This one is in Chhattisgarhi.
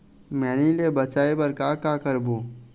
मैनी ले बचाए बर का का करबो?